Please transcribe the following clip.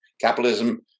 Capitalism